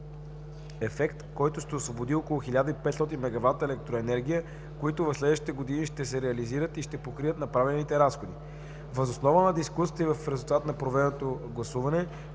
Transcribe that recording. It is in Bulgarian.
ефект, който ще освободи около 1500 мегавата електроенергия, които в следващите години ще се реализират и ще покрият направените разходи. Въз основа на дискусията и резултат на проведеното гласуване